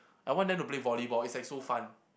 I want them to play volleyball it's like so fun